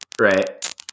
Right